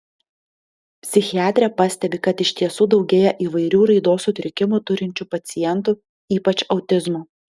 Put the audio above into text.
psichiatrė pastebi kad iš tiesų daugėja įvairių raidos sutrikimų turinčių pacientų ypač autizmo